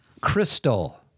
Crystal